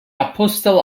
apostle